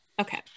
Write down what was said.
okay